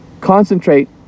concentrate